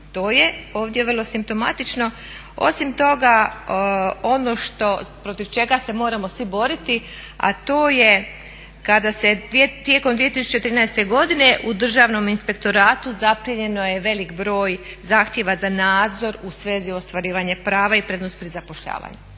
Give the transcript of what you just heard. to je ovdje vrlo simptomatično. Osim toga ono što, protiv čega se moramo svi boriti a to je kada se tijekom 2013. godine u Državnom inspektoratu zaprimljeno je velik broj zahtjeva za nadzor u svezi ostvarivanja prava i prednost pri zapošljavanju